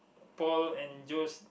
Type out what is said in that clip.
pour and juice